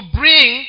bring